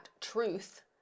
truth